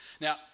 Now